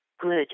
good